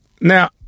now